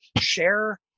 share